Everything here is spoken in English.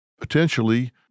potentially